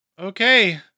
Okay